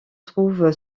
trouve